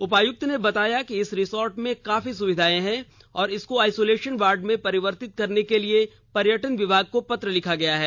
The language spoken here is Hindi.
उपायुक्त ने बताया कि इस रिसोर्ट में काफी सुविधाएं हैं और इसको आइसोलेशन वार्ड में परिवर्तित करने के लिए पर्यटन विभाग को पत्र लिखा गया है